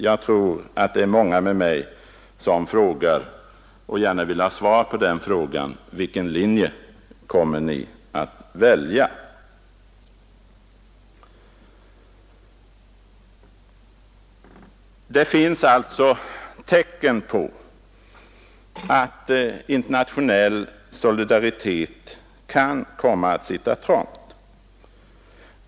Jag tror att det är många med mig som gärna vill ha svar på frågan: Vilken linje kommer Ni att välja? Det finns alltså tecken som tyder på att den internationella solidariteten kan komma att sitta trångt.